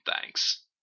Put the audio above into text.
Thanks